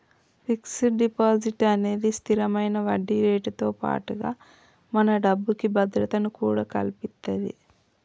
fixed deposit అనేది స్తిరమైన వడ్డీరేటుతో పాటుగా మన డబ్బుకి భద్రతను కూడా కల్పిత్తది